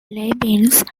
leibniz